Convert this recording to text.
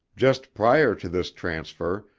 just prior to this transfer,